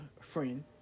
friend